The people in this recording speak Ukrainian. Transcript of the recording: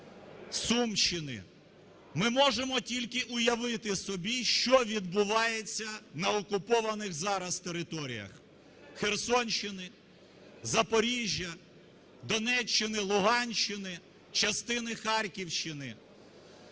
Сумщини. Ми можемо тільки уявити собі, що відбувається на окупованих зараз територіях Херсонщини, Запоріжжя, Донеччини, Луганщини, частини Харківщини.